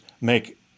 make